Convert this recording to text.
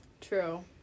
True